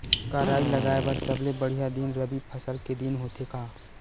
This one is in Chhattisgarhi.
का राई लगाय बर सबले बढ़िया दिन रबी फसल के दिन होथे का?